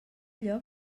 lloc